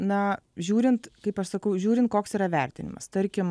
na žiūrint kaip aš sakau žiūrint koks yra vertinimas tarkim